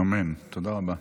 אמן, תודה רבה.